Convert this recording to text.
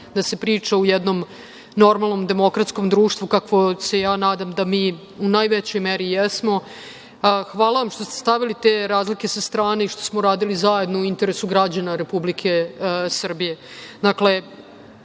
da se priča u jednom normalnom demokratskom društvu, kakvom se ja nadam da mi u najvećoj meri jesmo. Hvala vam što ste stavili te razlike sa strane i što smo radili zajedno u interesu građana Republike Srbije. Dakle,